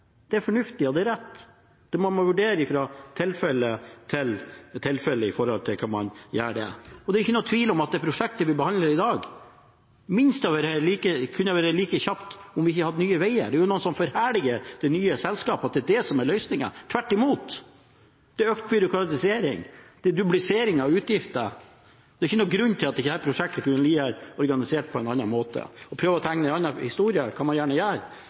Det er fornuftig, og det er rett. Man må vurdere fra tilfelle til tilfelle hva man gjør. Det er ikke noen tvil om at det prosjektet vi behandler i dag, kunne ha vært gjort minst like kjapt om vi ikke hadde hatt Nye Veier. Det er jo noen som forherliger det nye selskapet, at det er det som er løsningen. Tvert imot – det øker byråkratisering, det er dublisering av utgifter. Det er ikke noen grunn til at ikke dette prosjektet kunne blitt organisert på en annen måte. Å prøve å tegne en annen historie kan man gjerne gjøre,